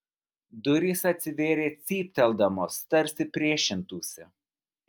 durys atsivėrė cypteldamos tarsi priešintųsi